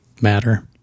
matter